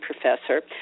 professor